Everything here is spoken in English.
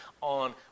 on